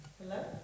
Hello